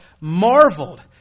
marveled